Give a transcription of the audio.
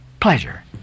pleasure